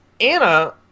Anna